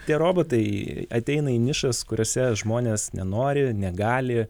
tie robotai ateina į nišas kuriose žmonės nenori negali